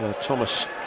Thomas